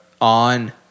on